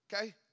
Okay